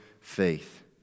faith